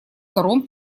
втором